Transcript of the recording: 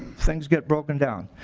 things get broken down.